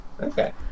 Okay